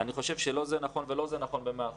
אני חושב שלא זה נכון ולא זה נכון במאה אחוזים.